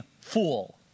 fool